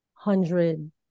hundred